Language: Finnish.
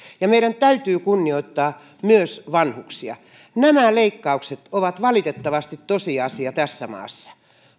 ja meidän täytyy kunnioittaa myös vanhuksia nämä leikkaukset ovat valitettavasti tosiasia tässä maassa